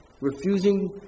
refusing